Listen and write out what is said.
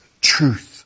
truth